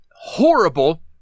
horrible